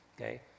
Okay